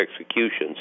executions